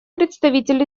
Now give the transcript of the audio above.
представитель